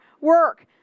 work